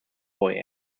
boy